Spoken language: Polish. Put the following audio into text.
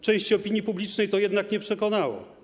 Części opinii publicznej to jednak nie przekonało.